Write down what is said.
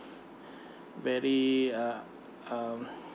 very uh um